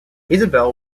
isabel